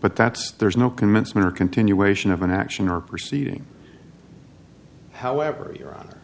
but that's there's no commencement or continuation of an action or proceeding however your honor